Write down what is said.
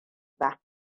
ba